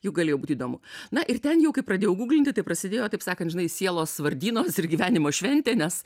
jau galėjo būti įdomu na ir ten jau kai pradėjau gūglinti tai prasidėjo taip sakant žinai sielos vardynos ir gyvenimo šventė nes